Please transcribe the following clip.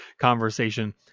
conversation